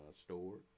stored